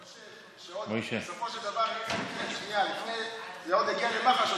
אני חושב שבסופו של דבר זה עוד יגיע למח"ש.